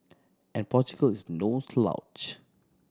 and Portugal is no slouch